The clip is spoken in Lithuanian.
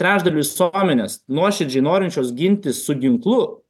trečdalį visuomenės nuoširdžiai norinčios gintis su ginklu